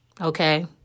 Okay